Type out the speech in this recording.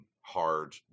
hard